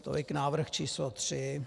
Tolik návrh číslo tři.